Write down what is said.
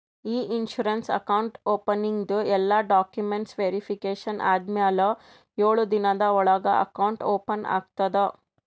E insurance account ಓಪನಿಂಗ್ದು ಎಲ್ಲಾ documents verification ಆದಮ್ಯಾಲ ಎಳು ದಿನದ ಒಳಗ ಅಕೌಂಟ್ ಓಪನ್ ಆಗ್ತದ